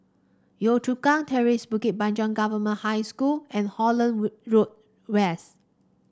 Yio Chu Kang Terrace Bukit Panjang Government High School and Holland wood Road West